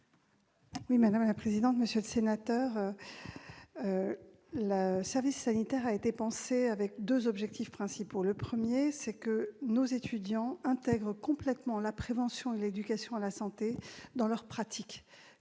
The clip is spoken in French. à Mme la ministre. Monsieur le sénateur, le service sanitaire a été conçu pour atteindre deux objectifs principaux. Le premier, c'est que nos étudiants intègrent complètement la prévention et l'éducation à la santé dans leur pratique.